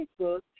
Facebook